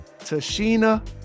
Tashina